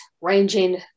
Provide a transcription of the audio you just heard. ranging